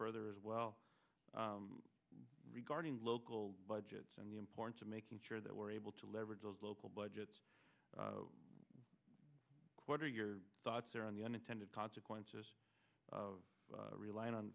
further as well regarding local budgets and the importance of making sure that we're able to leverage those local budgets what are your thoughts are on the unintended consequences of relying on